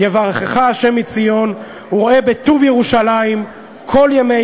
'יברכך ה' מציון וראה בטוב ירושלם כל ימי